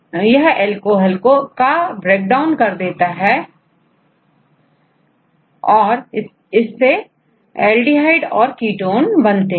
क्योंकि alcohol toxic होता है और क्रिया के फलस्वरुप एल्डिहाइड और कीटोन बनते हैं